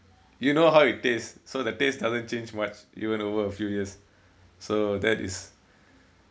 you know how it taste so the taste doesn't change much even over a few years so that is